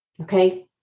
okay